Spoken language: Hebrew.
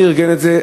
מי ארגן את זה?